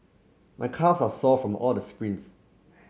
my calves are sore from all the sprints